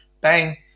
Bang